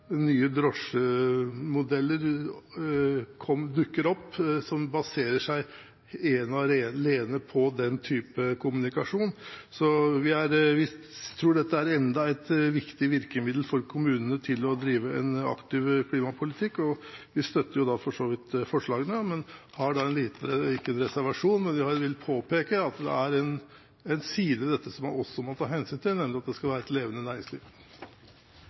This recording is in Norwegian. nye drosjemodeller dukker opp, som baserer seg ene og alene på den type kommunikasjon. Vi tror at dette er enda et viktig virkemiddel for kommunene til å drive en aktiv klimapolitikk. Vi støtter for så vidt forslagene, men vi vil påpeke at det er en side ved dette som man også må ta hensyn til, nemlig at det skal være et levende næringsliv.